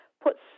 puts